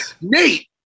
Nate